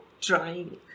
trying